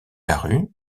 larue